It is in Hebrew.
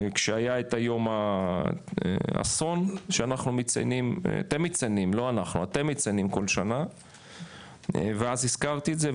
כשהיה את יום האסון שאתם מציינים כל שנה ואז הזכרתי את זה,